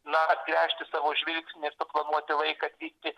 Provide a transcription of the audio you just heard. na atgręžti savo žvilgsnį ir suplanuoti laiką atvykti